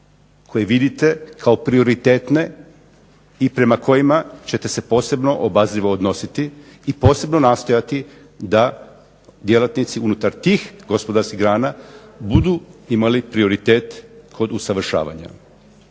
koje vidite kao prioritetne i prema kojima ćete se posebno obazrivo odnositi i posebno nastojati da djelatnici unutar tih gospodarskih grana budu imali prioritet kod usavršavanja.